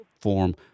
form